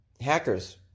Hackers